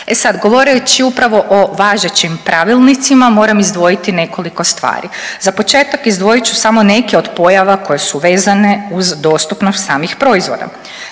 E sad govoreći upravo o važećim pravilnicima moram izdvojiti nekoliko stvari. Za početak izdvojit ću samo neke od pojava koje su vezane uz dostupnost samih proizvoda.